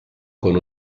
con